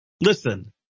Listen